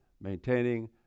maintaining